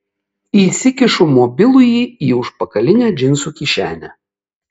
įsikišu mobilųjį į užpakalinę džinsų kišenę